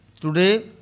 today